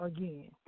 Again